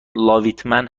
لاویتمن